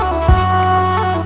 oh